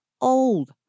Old